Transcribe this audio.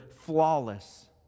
flawless